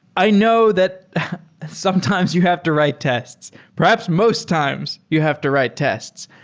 i know that sometimes you have to write tests. perhaps most times you have to write tests,